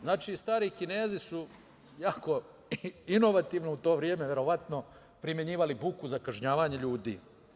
Znači, stari Kinezi su jako inovativno u to vreme primenjivali buku za kažnjavanje ljudi.